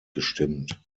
gestimmt